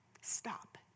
Stop